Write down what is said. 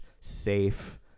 safe